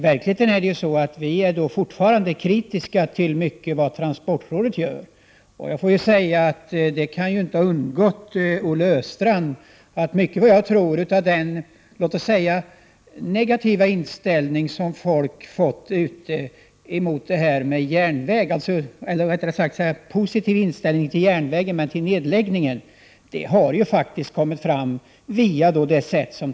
Vi är fortfarande kritiska till mycket av vad transportrådet gör. Det kan ju inte ha undgått Olle Östrand att mycket av den negativa inställning som folk har fått till nedläggningen av järnvägar har berott på det sätt på vilket transportrådet skött det.